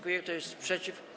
Kto jest przeciw?